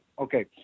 Okay